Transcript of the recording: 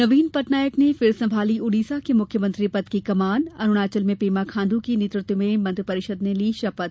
नवीन पटनायक ने फिर संभाली उड़ीसा के मुख्यमंत्री पद की कमान अरूणाचल में पेमा खांडू के नेतृत्व में मंत्रिपरिषद ने ली शपथ